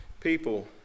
people